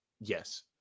Yes